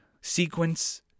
sequence